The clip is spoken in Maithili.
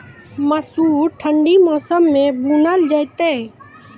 मसूर ठंडी मौसम मे बूनल जेतै?